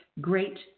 great